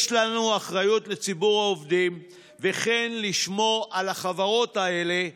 יש לנו אחריות לציבור העובדים וכן לשמור על החברות האלה פועלות.